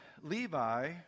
Levi